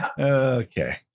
Okay